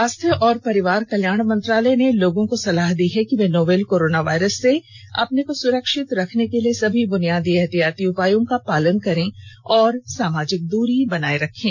स्वास्थ्य और परिवार कल्याण मंत्रालय ने लोगों को सलाह दी है कि वे नोवल कोरोना वायरस से अपने को सुरक्षित रखने के लिए सभी बुनियादी एहतियाती उपायों का पालन करें और सामाजिक दुरी बनाए रखें